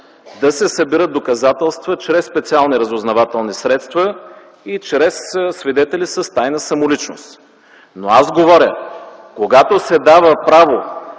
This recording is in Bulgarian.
да се съберат доказателства чрез специални разузнавателни средства и чрез свидетели с тайна самоличност. Но аз говоря, когато се дава право